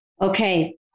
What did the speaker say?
Okay